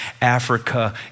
Africa